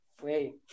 Wait